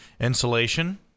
insulation